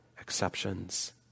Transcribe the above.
exceptions